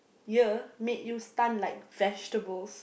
year made you stun like vegetables